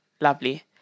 Lovely